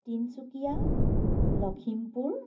Tinsukia Lakhimpur